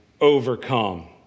overcome